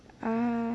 ah